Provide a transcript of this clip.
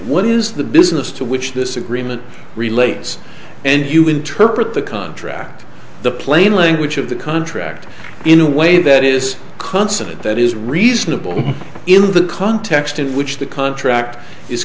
what is the business to which this agreement relates and you interpret the contract the plain language of the contract in a way that is consonant that is reasonable in the context in which the contract is